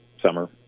summer